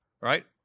right